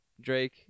Drake